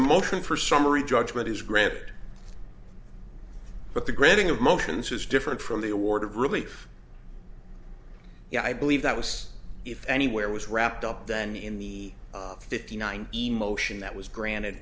a motion for summary judgment is granted but the granting of motions is different from the award of relief yeah i believe that was if anywhere was wrapped up then in the fifty nine emotion that was granted